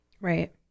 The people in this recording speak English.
Right